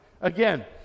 Again